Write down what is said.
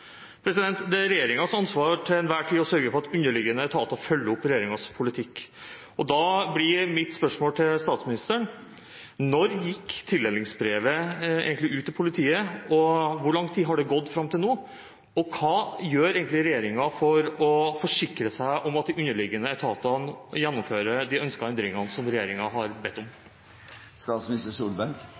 Det er regjeringens ansvar til enhver tid å sørge for at underliggende etater følger opp regjeringens politikk. Da blir mine spørsmål til statsministeren: Når gikk tildelingsbrevet egentlig ut til politiet, hvor lang tid har det gått fram til nå, og hva gjør egentlig regjeringen for å forsikre seg om at de underliggende etatene gjennomfører de ønskede endringene som regjeringen har bedt